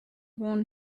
won